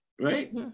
right